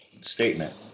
statement